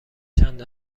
چند